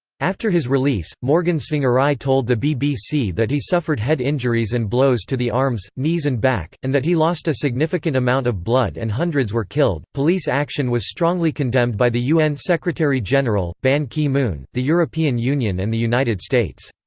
after his release, morgan tsvangirai told the bbc that he suffered head injuries and blows to the arms, knees and back, and that he lost a significant amount of blood and hundreds were killed police action was strongly condemned by the un secretary-general, ban ki-moon, the european union and the united states.